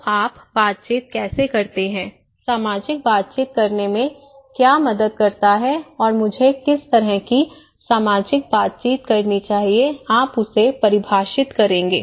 तो आप बातचीत कैसे करते हैं सामाजिक बातचीत करने में क्या मदद करता है और मुझे किस तरह की सामाजिक बातचीत करनी चाहिए आप उसे परिभाषित करेंगे